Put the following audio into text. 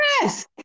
Yes